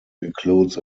includes